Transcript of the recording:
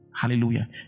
hallelujah